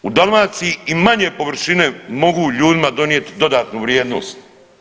U Dalmaciji i manje površine mogu ljudima donijeti dodatnu vrijednost.